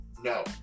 No